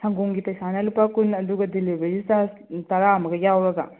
ꯁꯪꯒꯣꯝꯒꯤ ꯄꯩꯁꯥꯅ ꯂꯨꯄꯥ ꯀꯨꯟ ꯑꯗꯨꯒ ꯗꯦꯂꯤꯚꯔꯤ ꯆꯥꯔꯖ ꯇꯔꯥ ꯑꯃꯒ ꯌꯥꯎꯔꯒ